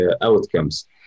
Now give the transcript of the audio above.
outcomes